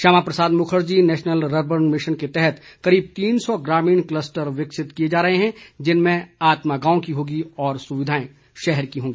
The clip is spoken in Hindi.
Shyama Prasad Mukherjee national rurban mission के तहत करीब तीन सौ ग्रामीण क्लस्टर विकसित किए जा रहे हैं जिनमें आत्मा गांव की होगी और सुविधाएं शहर की होंगी